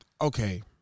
Okay